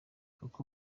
uko